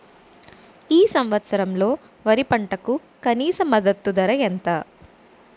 ఈ సంవత్సరంలో వరి పంటకు కనీస మద్దతు ధర ఎంత?